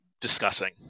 discussing